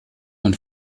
man